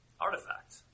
artifact